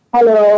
Hello